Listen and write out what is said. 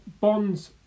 bonds